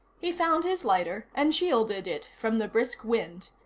he found his lighter and shielded it from the brisk wind.